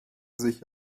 sich